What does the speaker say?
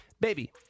Baby